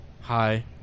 Hi